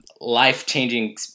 life-changing